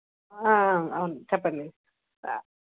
అవును చెప్పండి